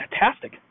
fantastic